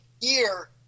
year